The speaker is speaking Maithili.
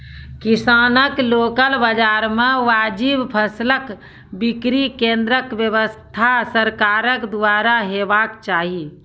किसानक लोकल बाजार मे वाजिब फसलक बिक्री केन्द्रक व्यवस्था सरकारक द्वारा हेवाक चाही?